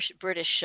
British